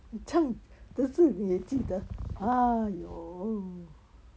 你样的事你也记得 !aiyo!